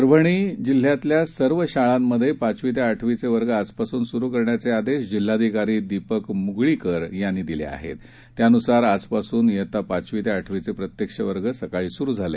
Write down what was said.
परभणीजिल्ह्यातल्यासर्वशाळांमधेपाचवीतेआठवीचेवर्गआजपासूनसुरूकरण्याचेआदेशजिल्हाधिकारीदीपकमुगळीकरयांनीदिले त्यानुसारआजपासून वित्तापाचवीतेआठवीचेप्रत्यक्षवर्गसकाळीसुरुझाले